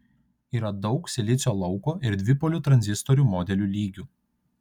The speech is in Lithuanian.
yra daug silicio lauko ir dvipolių tranzistorių modelių lygių